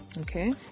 Okay